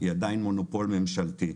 היא עדיין מונופול ממשלתי.